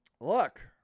Look